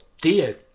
dear